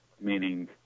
meaning